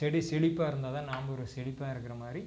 செடி செழிப்பா இருந்தால் தான் நாமளும் ஒரு செழிப்பா இருக்கின்ற மாதிரி